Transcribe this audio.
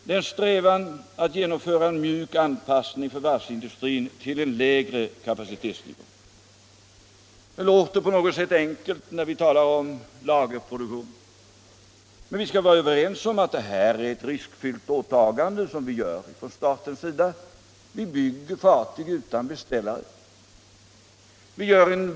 Det är vår strävan att genomföra en mjuk anpassning för varvsindustrin till en lägre kapacitetsnivå. Det låter på något sätt enkelt när vi talar om lagerproduktion, men vi skall vara överens om att statens åtagande här är riskfyllt. Vi bygger fartyg utan beställare.